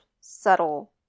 subtle